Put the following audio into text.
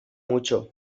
mucho